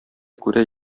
күрә